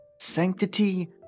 Sanctity